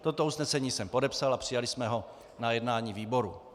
Toto usnesení jsem podepsal a přijali jsme ho na jednání výboru.